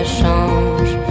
change